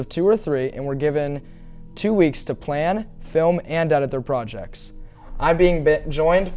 of two or three and were given two weeks to plan a film and out of their projects i being a bit joined